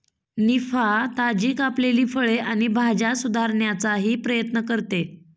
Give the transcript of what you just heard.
निफा, ताजी कापलेली फळे आणि भाज्या सुधारण्याचाही प्रयत्न करते